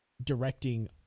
directing